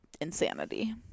insanity